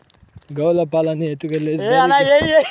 గోవుల పాలన్నీ ఎత్తుకెళ్లి డైరీకేస్తే పిల్లలకి పాలు ఎట్లా వచ్చేది